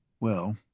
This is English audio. Well